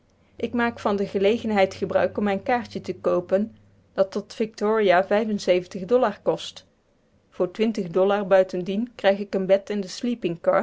ik maak van de gelegenheid gebruik om mijn kaartje te koopen dat tot victoria dollars kost voor twintig dollars buitendien krijg ik een bed in de sleeping